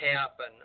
happen